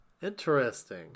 Interesting